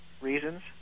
reasons